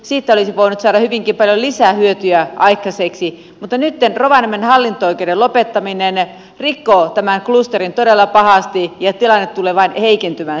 siitä olisi voinut saada hyvinkin paljon lisää hyötyä aikaiseksi mutta nytten rovaniemen hallinto oikeuden lopettaminen rikkoo tämän klusterin todella pahasti ja tilanne tulee vain heikentymään siellä